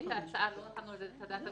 שבעת ההצעה לא נתנו על זה את הדעת,